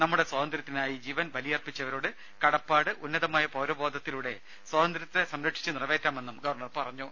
നമ്മുടെ സ്വാതന്ത്ര്യത്തിനായി ജീവൻ ബലിയർപ്പിച്ചവരോട് കടപ്പാട് ഉന്നതമായ പൌരബോധത്തിലൂടെ സ്വാതന്ത്ര്യത്തെ സംരക്ഷിച്ചു നിറവേറ്റാമെന്നും ഗവർണർ പറഞ്ഞു